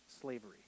slavery